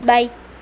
Bye